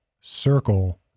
Circle